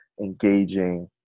engaging